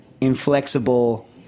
inflexible